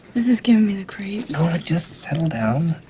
this is giving me the creeps. i just settle down.